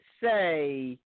say